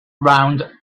round